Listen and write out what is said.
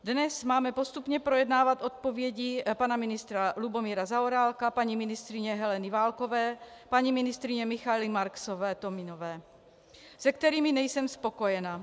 Dnes máme postupně projednávat odpovědi pana ministra Lubomíra Zaorálka, paní ministryně Heleny Válkové, paní ministryně Michaely MarksovéTominové, se kterými nejsem spokojena.